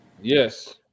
yes